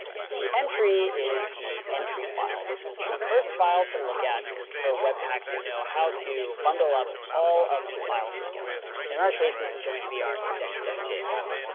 so the entry is the entry file. this is the first file to look at for webpack to know how to bundle up all of the files together. in our case, this is going to be our index js.